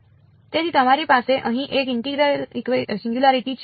તેથી તમારી પાસે અહીં એક ઇન્ટિગરલ સિંગયુંલારીટી છે